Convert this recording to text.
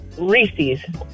Reese's